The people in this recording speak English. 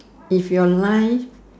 if you are like